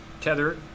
Tether